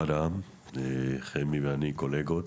חמי ואני קולגות.